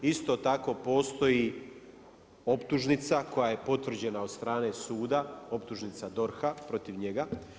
Isto tako postoji optužnica koja je potvrđena od strane suda, optužnica DORH-a protiv njega.